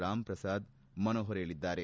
ರಾಮ್ಪ್ರಸಾತ್ ಮನೋಹರ್ ಹೇಳಿದ್ದಾರೆ